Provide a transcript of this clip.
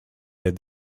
that